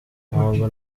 ntabwo